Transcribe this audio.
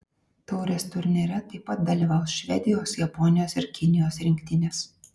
taurės turnyre taip pat dalyvaus švedijos japonijos ir kinijos rinktinės